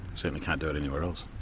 certainly can't do it anywhere else.